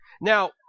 Now